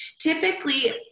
typically